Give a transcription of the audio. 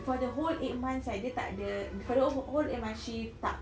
for the whole eight months right dia tak ada for the wh~ whole eight months she tak